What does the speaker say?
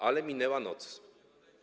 Ale minęła noc.